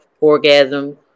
orgasm